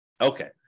Okay